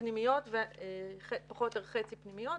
פחות או יותר חצי פנימיות,